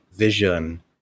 vision